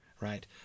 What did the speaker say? Right